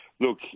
Look